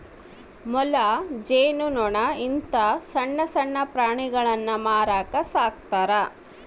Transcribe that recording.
ಮೊಲ, ಜೇನು ನೊಣ ಇಂತ ಸಣ್ಣಣ್ಣ ಪ್ರಾಣಿಗುಳ್ನ ಮಾರಕ ಸಾಕ್ತರಾ